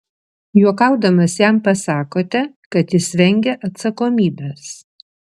juokaudamas jam pasakote kad jis vengia atsakomybės